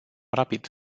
rapid